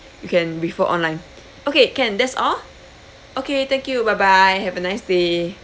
discount you can refer online okay can that's all okay thank you bye bye have a nice day